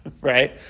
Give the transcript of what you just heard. right